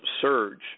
surge